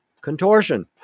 contortion